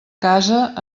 casa